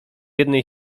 jednej